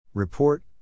Report